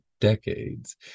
decades